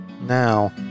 Now